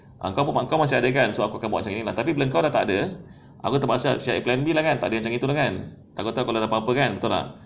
ah kau masih ada kan so aku akan buat macam ni lah tapi bila kau dah takde aku terpaksa cari plan B kan takkan aku macam gitu kan kalau tak ada apa-apa betul tak